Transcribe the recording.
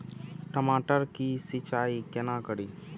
टमाटर की सीचाई केना करी?